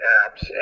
apps